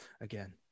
again